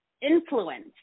influence